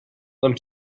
them